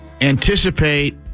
anticipate